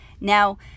Now